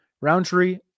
Roundtree